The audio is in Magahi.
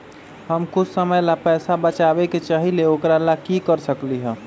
हम कुछ समय ला पैसा बचाबे के चाहईले ओकरा ला की कर सकली ह?